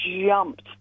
jumped